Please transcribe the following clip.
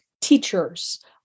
teachers